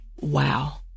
Wow